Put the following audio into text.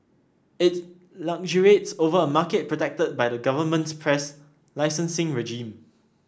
it luxuriates over a market protected by the government's press licensing regime